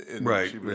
Right